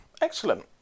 excellent